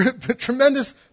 Tremendous